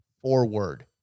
forward